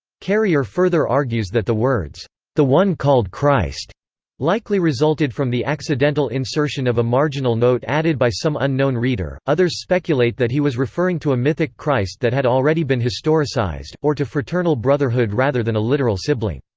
carrier further argues that the words the one called christ likely resulted from the accidental insertion of a marginal note added by some unknown reader others speculate that he was referring to a mythic christ that had already been historicized, or to fraternal brotherhood rather than a literal sibling.